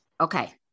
Okay